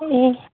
उम्म